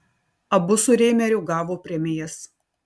abu su reimeriu gavo premijas